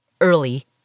early